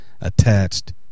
attached